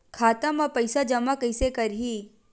खाता म पईसा जमा कइसे करही?